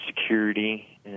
security